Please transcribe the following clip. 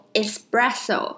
espresso